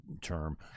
term